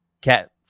cat